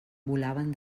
volaven